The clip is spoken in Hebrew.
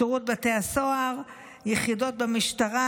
שירות בתי הסוהר, יחידות במשטרה